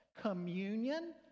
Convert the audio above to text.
communion